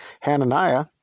Hananiah